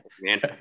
man